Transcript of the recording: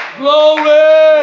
glory